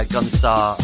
Gunstar